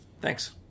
Thanks